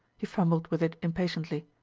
he fumbled with it impatiently.